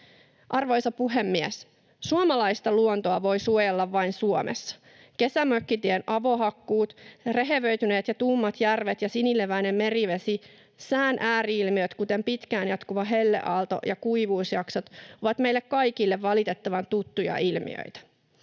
Arvoisa puhemies! Suomalaista luontoa voi suojella vain Suomessa. Kesämökkitien avohakkuut, rehevöityneet ja tummat järvet ja sinileväinen merivesi, sään ääri-ilmiöt, kuten pitkään jatkuva helleaalto ja kuivuusjaksot, ovat meille kaikille valitettavan tuttuja ilmiöitä.